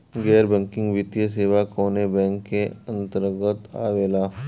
गैर बैंकिंग वित्तीय सेवाएं कोने बैंक के अन्तरगत आवेअला?